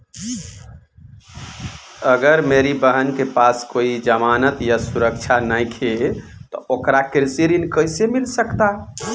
अगर मेरी बहन के पास कोई जमानत या सुरक्षा नईखे त ओकरा कृषि ऋण कईसे मिल सकता?